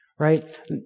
right